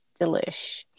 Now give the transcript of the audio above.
delish